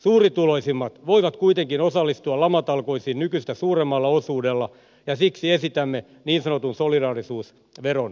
suurituloisimmat voivat kuitenkin osallistua lamatalkoisiin nykyistä suuremmalla osuudella ja siksi esitämme niin sanotun solidaarisuusveron kiristämistä